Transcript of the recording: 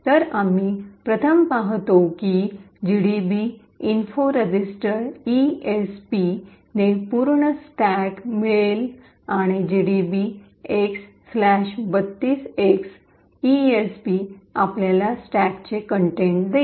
तर आम्ही प्रथम पाहतो की GDB info register esp gdb info registers esp ने पूर्ण स्टॅक मिळेल आणि GDB x 32x esp gdb x32x esp आपल्याला स्टॅकचे कंटेंट देईल